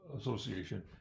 Association